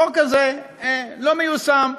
החוק הזה לא מיושם.